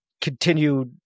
continued